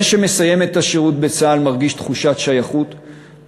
זה שמסיים את השירות בצה"ל מרגיש תחושת שייכות,